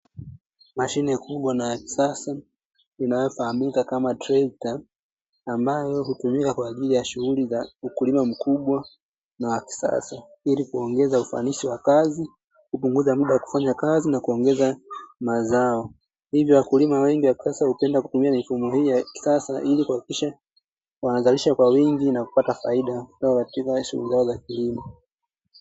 Mashine kubwa na ya kisasa inayofahamika kama trekta ambayo hutumika kwa ajili ya shughuli za ukulima mkubwa na wa kisasa, ili kuongeza ufanisi wa kazi kupunguza muda wa kufanya kazi na kuongeza mazao, hivyo wakulima wengi wa kisasa hupenda kutumia mifumo hii ya kisasa ili kuhakikisha wanazalisha kwa wingi na kupata faida.